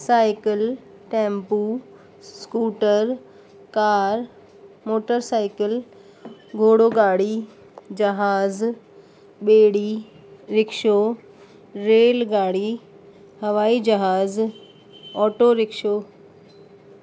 cycle tempo scooter car motor cycle घोड़ो गाड़ी जहाज़ बेड़ी रिक्शो रेलगाड़ी हवाई जहाज़ ऑटो रिक्शो